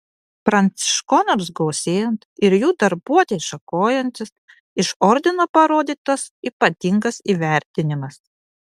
pranciškonams gausėjant ir jų darbuotei šakojantis iš ordino parodytas ypatingas įvertinimas